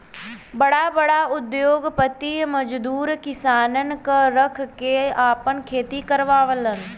बड़ा बड़ा उद्योगपति मजदूर किसानन क रख के आपन खेती करावलन